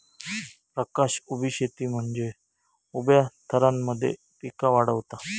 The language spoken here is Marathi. प्रकाश उभी शेती म्हनजे उभ्या थरांमध्ये पिका वाढवता